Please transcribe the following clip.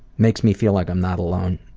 makes me feel like i'm not alone